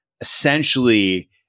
Essentially